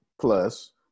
Plus